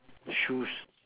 shoes